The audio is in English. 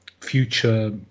future